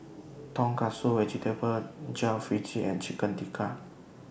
Tonkatsu Vegetable Jalfrezi and Chicken Tikka